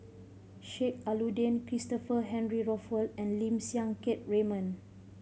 Sheik Alau'ddin Christopher Henry Rothwell and Lim Siang Keat Raymond